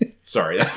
sorry